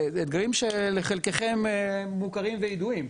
אתגרים שלחלקכם מוכרים וידועים.